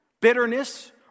Bitterness